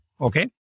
okay